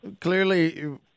clearly